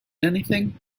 anything